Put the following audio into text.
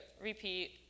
repeat